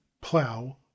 plow